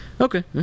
Okay